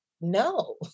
no